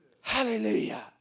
Hallelujah